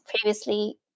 previously